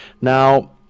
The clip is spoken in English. Now